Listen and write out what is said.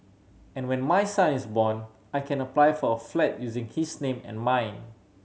and when my son is born I can apply for a flat using his name and mine